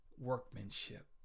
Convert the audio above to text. workmanship